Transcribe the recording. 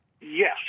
Yes